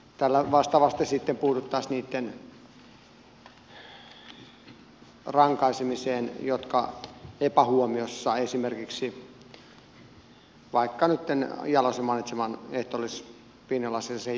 tällä vastaavasti sitten puututtaisiin niiden rankaisemiseen jotka epähuomiossa esimerkiksi vaikka nytten jalosen mainitseman ehtoollisviinilasillisen jälkeen joutuisivat rangaistavaksi